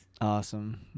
Awesome